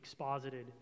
exposited